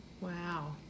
Wow